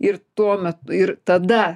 ir tuomet ir tada